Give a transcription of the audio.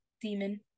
demon